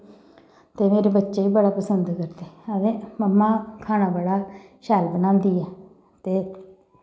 ते मेरे बच्चे बी बड़ा पसंद करदे आखदे मम्मा खाना बड़ा शैल बनांदी ऐ ते